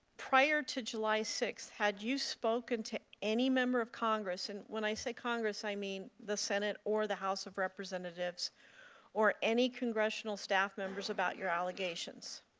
prior to july six, had you spoken to any member of congress reporter and when i say congress, i mean the senate or the house of representatives or any congressional staff members about your allegations?